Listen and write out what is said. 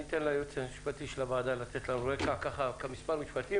אני אתן ליועץ המשפטי של הוועדה לתת לנו רקע במספר משפטים,